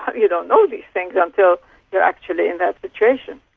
you don't know these things until you're actually in that situation.